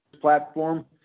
platform